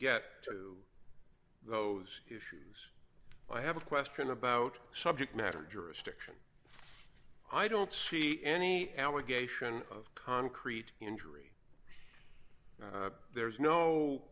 get to those issues i have a question about subject matter jurisdiction i don't see any allegation of concrete injury there's no